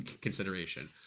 consideration